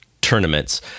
tournaments